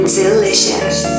delicious